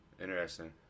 Interesting